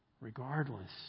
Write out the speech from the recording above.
regardless